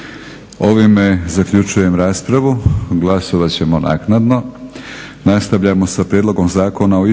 Ovime zaključujem raspravu. Glasovat ćemo naknadno.